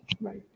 Right